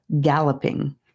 Galloping